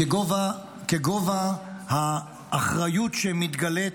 כגובה האחריות שמתגלית,